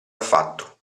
affatto